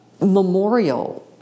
memorial